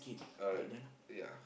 alright ya